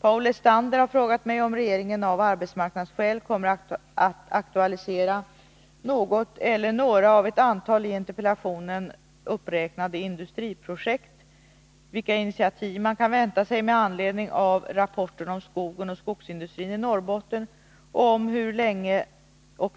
Paul Lestander har frågat mig om regeringen av arbetsmarknadsskäl kommer att aktualisera något eller några av ett antal i interpellationen uppräknade industriprojekt, vilka initiativ man kan vänta sig med anledning av rapporten om skogen och skogsindustrin i Norrbotten och hur